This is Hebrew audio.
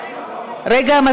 רגע.